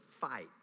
fight